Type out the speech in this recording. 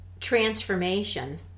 transformation